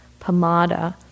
pamada